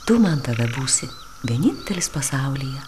tu man tada būsi vienintelis pasaulyje